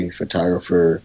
photographer